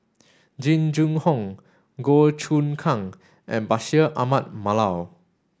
Jing Jun Hong Goh Choon Kang and Bashir Ahmad Mallal